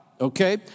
okay